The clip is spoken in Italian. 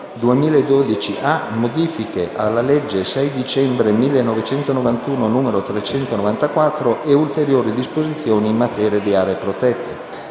recante Modifiche alla legge 6 dicembre 1991, n. 394 e ulteriori disposizioni in materia di aree protette;